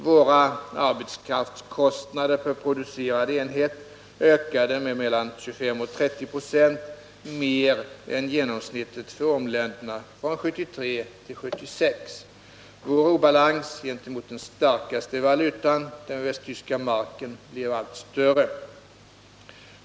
Våra arbetskraftskostnader per producerad enhet ökade med mellan 25 och 30 96 mer än genomsnittet för ormländerna från 1973 till 1976. Vår obalans gentemot den starkaste valutan, den västtyska marken, blev allt större.